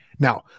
Now